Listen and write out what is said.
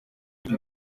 ibi